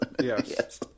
yes